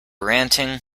ranting